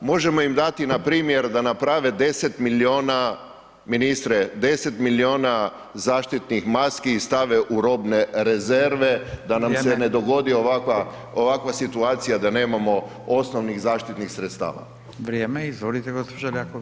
Možemo im dati npr. da naprave 10 milijuna, ministre, 10 milijuna zaštitnih maski i stave u robne rezerve da nam se ne dogodi ovakva situacija da nemamo osnovnih zaštitnih sredstava.